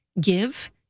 give